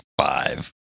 five